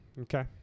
Okay